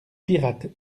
pirates